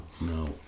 No